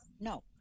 No